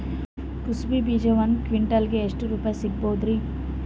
ಕುಸಬಿ ಬೀಜ ಒಂದ್ ಕ್ವಿಂಟಾಲ್ ಗೆ ಎಷ್ಟುರುಪಾಯಿ ಸಿಗಬಹುದುರೀ?